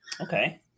Okay